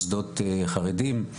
ממוסדות חרדים,